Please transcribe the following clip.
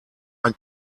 ein